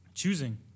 choosing